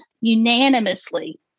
unanimously